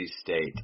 state